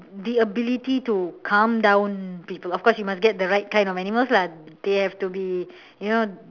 the ability to calm down people of course you must get the right kind of animals lah they have to be you know